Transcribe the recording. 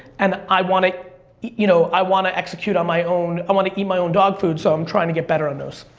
and i wanna you know i wanna execute on my own. i wanna eat my own dog food, so i'm trying to get better on those.